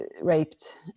raped